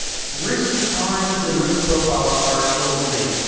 risk tolerances and risk profiles are still the same.